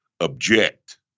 object